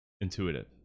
intuitive